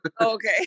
Okay